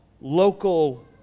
local